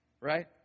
Right